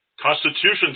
Constitutions